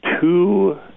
two